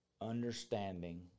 understanding